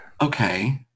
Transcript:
Okay